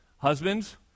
Husbands